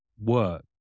work